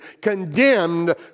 condemned